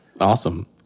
Awesome